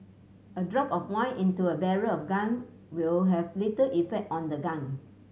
a drop of wine into a barrel of gunk will have little effect on the gunk